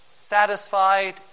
satisfied